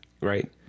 Right